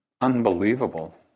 unbelievable